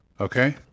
okay